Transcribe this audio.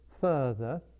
further